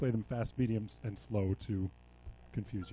play them fast mediums and slow to confuse